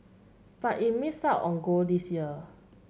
but it missed out on gold this year